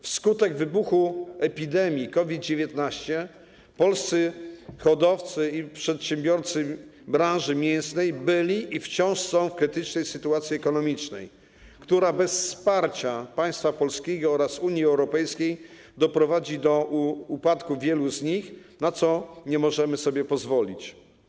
Wskutek wybuchu epidemii COVID-19 polscy hodowcy i przedsiębiorcy branży mięsnej byli i wciąż są w krytycznej sytuacji ekonomicznej, która bez wsparcia państwa polskiego oraz Unii Europejskiej doprowadzi do upadku wielu z nich, na co nie możemy sobie pozwolić.